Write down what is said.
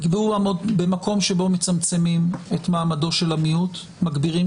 נקבעו במקום שבו מצמצמים את מעמדו של המיעוט מגדירים